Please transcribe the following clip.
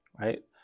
right